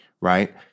right